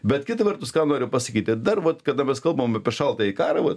bet kita vertus ką noriu pasakyti dar vat kada mes kalbame apie šaltąjį karą vat